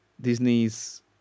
Disney's